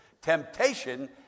Temptation